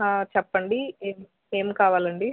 చెప్పండి ఏం ఏమి కావాలండి